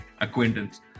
acquaintance